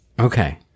Okay